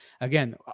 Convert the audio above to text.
Again